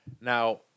Now